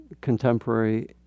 contemporary